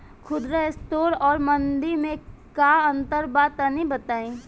खुदरा स्टोर और मंडी में का अंतर बा तनी बताई?